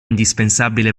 indispensabile